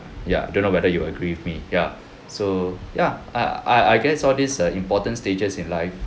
ya don't know whether you will agree with me ya so ya I I I guess all this err important stages in life